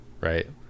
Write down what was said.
right